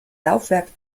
laufwerk